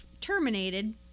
terminated